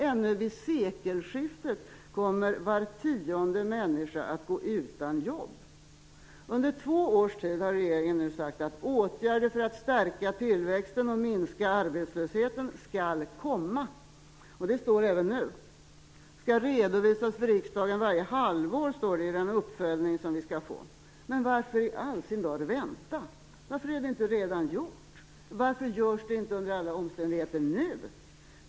Ännu vid sekelskiftet kommer var tionde människa att gå utan jobb. Under två års tid har regeringen nu sagt att åtgärder för att stärka tillväxten och minska arbetslösheten skall komma, och det står det även nu. Åtgärderna skall, står det, redovisas för riksdagen varje halvår i den uppföljning som vi skall få. Men varför i all sin dar vänta? Varför är det inte redan gjort? Varför görs det inte under alla omständigheter nu?